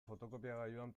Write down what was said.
fotokopiagailuan